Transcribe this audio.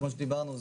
כמו שדיברנו,